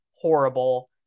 horrible